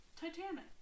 Titanic